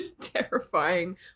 terrifying